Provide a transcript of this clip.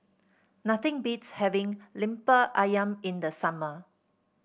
nothing beats having Lemper ayam in the summer